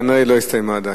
כנראה היא לא הסתיימה עדיין.